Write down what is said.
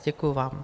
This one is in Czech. Děkuji vám.